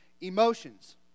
emotions